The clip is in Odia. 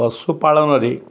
ପଶୁପାଳନରେ